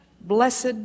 blessed